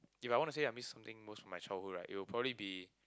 if I want to say I miss something most of my childhood right it will probably be